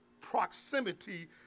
proximity